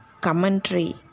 commentary